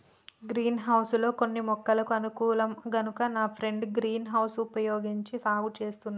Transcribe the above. green house లో కొన్ని మొక్కలకు అనుకూలం కనుక నా ఫ్రెండు గ్రీన్ హౌస్ వుపయోగించి సాగు చేస్తున్నాడు